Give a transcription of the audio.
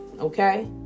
Okay